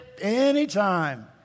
anytime